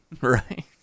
Right